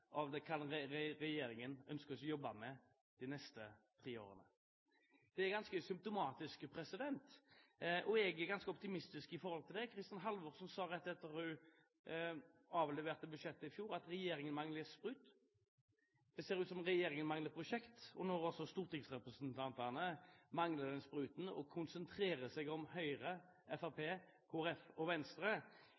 noe om hva regjeringen ønsker å jobbe med de neste tre årene. Det er ganske symptomatisk, og jeg er ganske optimistisk når det gjelder det. Kristin Halvorsen sa rett etter at hun avleverte budsjettet i fjor, at regjeringen manglet sprut. Det ser ut som om regjeringen mangler prosjekt. Når også stortingsrepresentantene mangler den spruten og konsentrerer seg om Høyre,